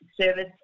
Service